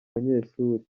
banyeshuri